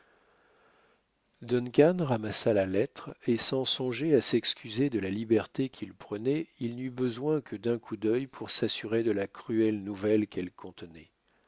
ramassa la lettre et sans songer à s'excuser de la liberté qu'il prenait il n'eut besoin que d'un coup d'œil pour s'assurer de la cruelle nouvelle qu'elle contenait